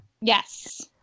Yes